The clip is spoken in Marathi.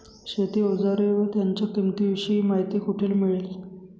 शेती औजारे व त्यांच्या किंमतीविषयी माहिती कोठे मिळेल?